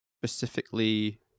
specifically